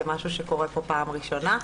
זה משהו שקורה פה פעם ראשונה.